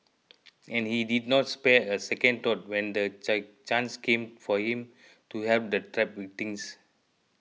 and he did not spare a second thought when the chance came for him to help the trapped victims